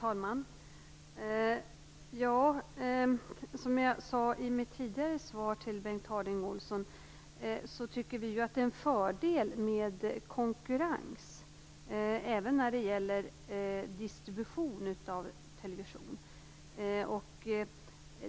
Herr talman! Som jag sade i mitt tidigare svar till Bengt Harding Olson tycker vi att det är en fördel med konkurrens, även när det gäller distribution av television.